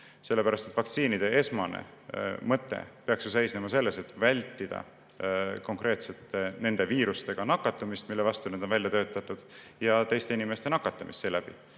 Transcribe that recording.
Sellepärast et vaktsiinide esmane mõte peaks ju seisnema selles, et vältida konkreetselt nende viirustega nakatumist, mille vastu need on välja töötatud, ja teiste inimeste nakatamist seeläbi.